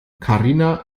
karina